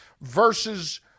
versus